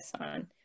on